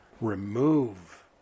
remove